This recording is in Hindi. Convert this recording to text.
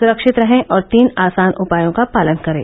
सुरक्षित रहें और तीन आसान उपायों का पालन करें